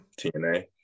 TNA